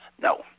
No